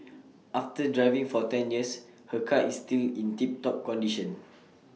after driving for ten years her car is still in tip top condition